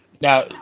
Now